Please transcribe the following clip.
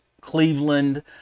Cleveland